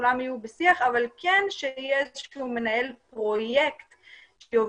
שכולם יהיו בשיח, אבל שיהיה מנהל פרויקט שעובד.